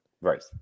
Right